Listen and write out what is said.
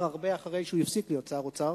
הרבה אחרי שהוא הפסיק להיות שר אוצר,